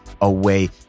away